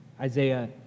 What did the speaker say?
Isaiah